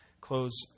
close